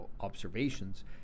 observations